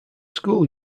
school